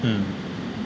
mm